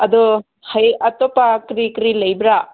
ꯑꯗꯣ ꯍꯌꯦꯡ ꯑꯇꯣꯞꯄ ꯀꯔꯤ ꯀꯔꯤ ꯂꯩꯕ꯭ꯔꯥ